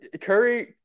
Curry